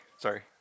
Sorry